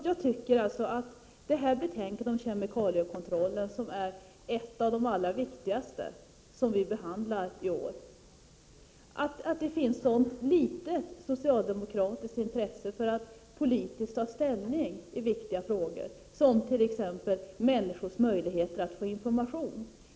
Fru talman! Jag anser att detta betänkande om kemikaliekontroll är ett av de allra viktigaste som vi i år har att behandla, men socialdemokraterna visar ett mycket litet intresse för att ta politisk ställning i så viktiga frågor som t.ex. människors möjligheter att få information.